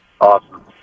Awesome